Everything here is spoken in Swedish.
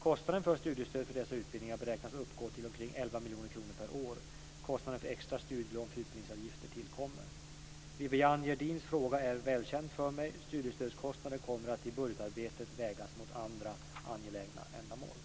Kostnaderna för studiestöd för dessa utbildningar beräknas uppgå till omkring 11 miljoner kronor per år. Kostnader för extra studielån för utbildningsavgifter tillkommer. Viviann Gerdins fråga är välkänd för mig. Studiestödskostnader kommer att i budgetarbetet vägas mot andra angelägna ändamål.